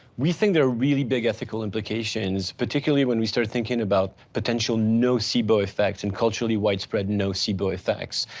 we think they're really big ethical implications, particularly when we start thinking about potential, nocebo effects and culturally widespread nocebo effects.